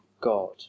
God